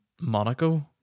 Monaco